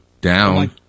down